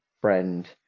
friend